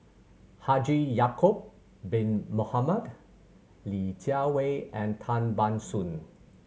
Haji Ya'acob Bin Mohamed Li Jiawei and Tan Ban Soon